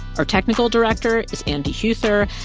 our technical director is andy huether,